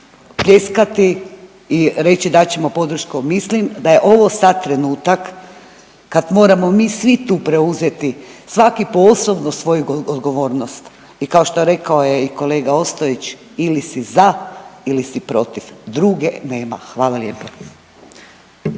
pljeskati i reći dat ćemo podršku. Mislim da je ovo sad trenutak kad moramo mi svi tu preuzeti svaki po osobno svoju odgovornost. I kao što je rekao i kolega Ostojić ili si za ili si protiv, druge nema. Hvala lijepa.